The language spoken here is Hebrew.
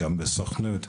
גם בסוכנות.